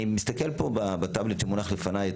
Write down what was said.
אני מסתכל פה בטאבלט שמונח לפניי,